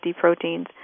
proteins